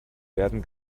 werden